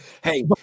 Hey